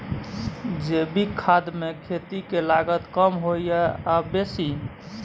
जैविक खाद मे खेती के लागत कम होय ये आ बेसी?